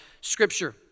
Scripture